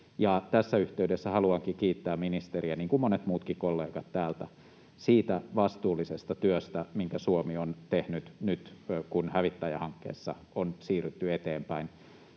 tässä yhteydessä haluankin kiittää ministeriä, niin kuin monet muutkin kollegat täältä, siitä vastuullisesta työstä, minkä Suomi on tehnyt nyt, kun hävittäjähankkeessa on siirrytty eteenpäin.